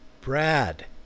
Brad